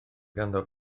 ganddo